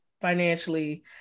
financially